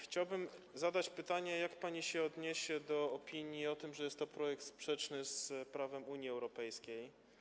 Chciałbym zadać pytanie, jak pani się odniesie do opinii o tym, że jest to projekt sprzeczny z prawem Unii Europejskiej.